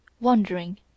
Wandering